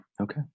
Okay